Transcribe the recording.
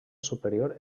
superior